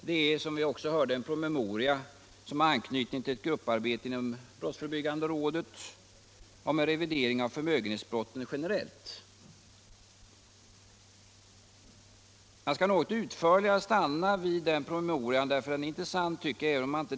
Den har anknytning till ett grupparbete inom brottsförebyggande rådet om en revidering av förmögenhetsbrotten. Jag skall något utförligare stanna vid den promemorian.